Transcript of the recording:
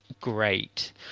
Great